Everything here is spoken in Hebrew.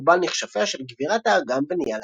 קורבן לכשפיה של גבירת האגם ונהיה לאסירה.